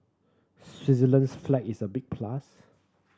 Switzerland's flag is a big plus